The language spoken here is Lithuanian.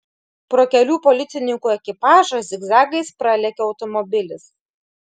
pro kelių policininkų ekipažą zigzagais pralekia automobilis